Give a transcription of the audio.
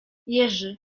jerzy